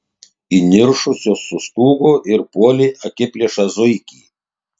įniršusios sustūgo ir puolė akiplėšą zuikį